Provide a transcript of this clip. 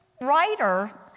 writer